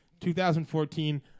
2014